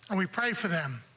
and we pray for them,